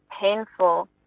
painful